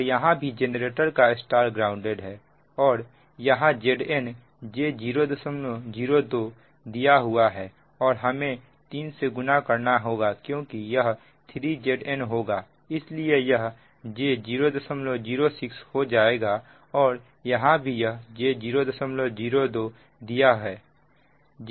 और यहां भी जेनरेटर का Y ग्राउंडेड है और यहां Zn j002 दिया हुआ है और हमें 3 से गुणा करना होगा क्योंकि यह 3Zn होगा इसलिए यह j 006 हो जाएगा और यहां भी यह j002 दिया है